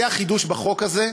זה החידוש בחוק הזה.